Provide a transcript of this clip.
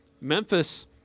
Memphis